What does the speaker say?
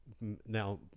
now